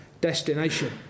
destination